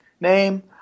name